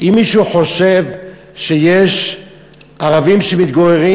אם מישהו חושב שיש ערבים שמתגוררים